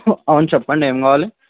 అవును చెప్పండి ఏం కావాలి